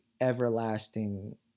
everlasting